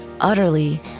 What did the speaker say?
utterly